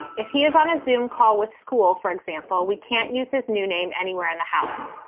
if he is on his dume call with school, for example, we can't use his new name anywhere in the house.